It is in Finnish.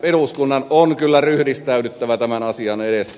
eduskunnan on kyllä ryhdistäydyttävä tämän asian edessä